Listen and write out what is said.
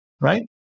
Right